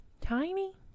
Tiny